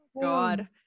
god